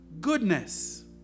goodness